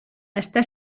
està